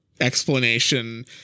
explanation